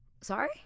sorry